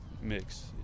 mix